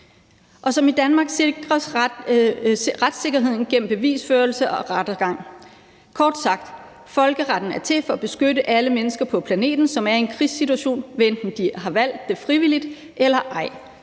og som i Danmark sikres retssikkerheden gennem bevisførelse og rettergang. Kort sagt: Folkeretten er til for at beskytte alle mennesker på planeten, som er i en krigssituation, hvad enten de har valgt det frivilligt eller ej